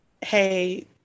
hey